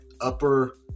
upper